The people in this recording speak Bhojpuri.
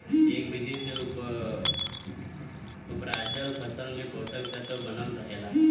एह विधि से उपराजल फसल में पोषक तत्व बनल रहेला